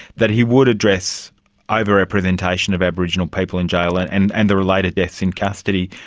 that he would address overrepresentation of aboriginal people in jail and and and the related deaths in custody.